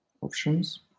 options